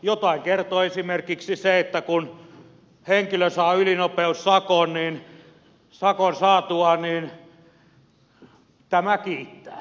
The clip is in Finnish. jotain kertoo esimerkiksi se että kun henkilö saa ylinopeussakon niin sakon saatuaan tämä kiittää